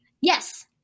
Yes